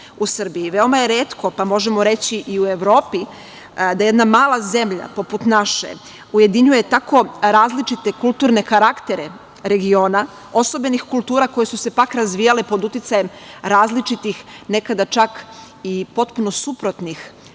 Veoma je retko, pa možemo reći i u Evropi, da jedna mala zemlja poput naše ujedinjuje tako različite kulturne karaktere regiona osobenih kultura koje su se pak razvijale pod uticajem različitih nekada i čak potpuno suprotnih